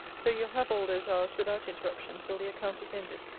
so you'll have all those hours without interruption till the account is ended.